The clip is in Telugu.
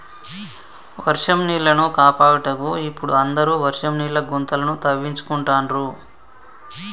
వర్షం నీళ్లను కాపాడుటకు ఇపుడు అందరు వర్షం నీళ్ల గుంతలను తవ్వించుకుంటాండ్రు